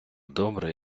добре